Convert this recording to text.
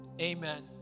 Amen